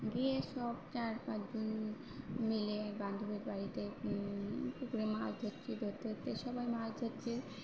গিয়ে সব চার পাঁচজন মিলে বান্ধবীর বাড়িতে পুকুরে মাছ ধরছি ধরতে ধরতে সবাই মাছ ধরছে